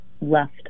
left